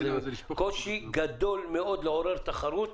זה קושי גדול מאוד לעורר תחרות.